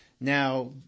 Now